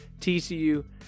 tcu